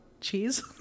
cheese